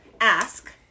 ask